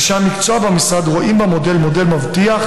אנשי המקצוע במשרד רואים במודל מודל מבטיח,